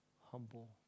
humble